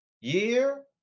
year